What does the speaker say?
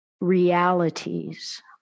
realities